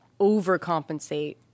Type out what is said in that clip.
overcompensate